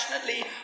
passionately